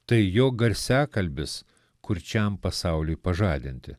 tai jo garsiakalbis kurčiam pasauliui pažadinti